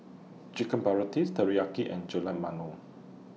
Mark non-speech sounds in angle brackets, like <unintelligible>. Chicken <unintelligible> Teriyaki and Gulab <unintelligible>